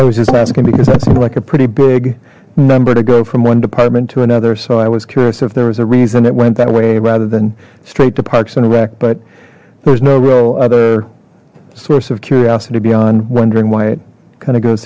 i was just asking because that seems like a pretty big number to go from one department to another so i was curious if there was a reason it went that way rather than straight to parks and rec but there's no real other source of curiosity beyond wondering why it kind of goes